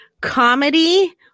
Comedy